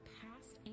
past